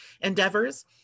endeavors